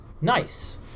nice